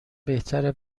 بهتره